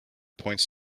points